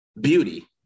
beauty